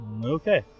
Okay